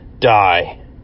die